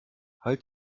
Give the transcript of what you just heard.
halt